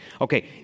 Okay